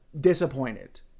disappointed